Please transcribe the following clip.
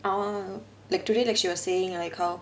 அவன்:avan like today she like saying like how